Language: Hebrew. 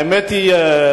האמת היא,